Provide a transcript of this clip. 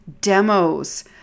demos